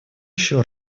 еще